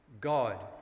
God